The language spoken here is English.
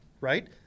right